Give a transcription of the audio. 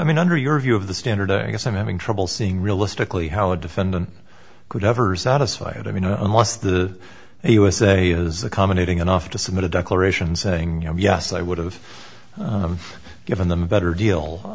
i mean under your view of the standard i guess i'm having trouble seeing realistically how a defendant could ever satisfy it i mean unless the usa is the common eating enough to submit a declaration saying yes i would have given them a better deal